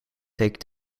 take